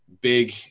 big